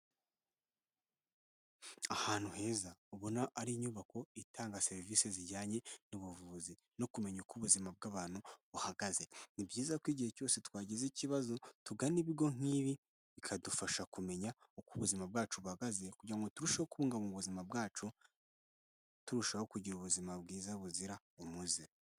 Ahantu heza ubona ari inyubako itanga serivisi zijyanye n'ubuvuzi no kumenya uko ubuzima bw'abantu buhagaze ni byiza ko igihe cyose twagize ikibazo tugana ibigo nk'ibi bikadufasha kumenya uko ubuzima bwacu buhagaze kugira turusheho kubungabunga ubuzima bwacu turushaho kugira ubuzima bwiza buzira umuze.